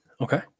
Okay